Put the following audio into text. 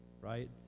right